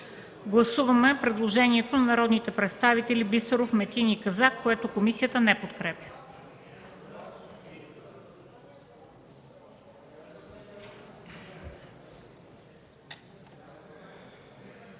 Гласуваме предложението на народните представители Бисеров, Метин и Казак, което комисията не подкрепя.